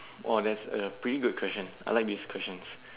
!wah! that's a pretty good question I like this question